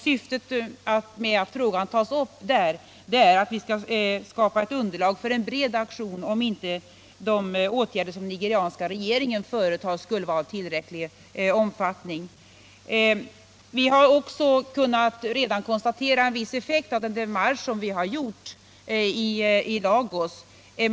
Syftet med att frågan tas upp är att vi skall skapa ett underlag för en bred aktion, om inte de åtgärder som den nigerianska regeringen vidtar skulle vara av tillräcklig omfattning. Vi har också redan kunnat konstatera en viss effekt av en demarsch som vi har gjort i Lagos.